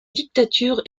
dictature